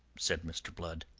said mr. blood.